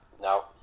no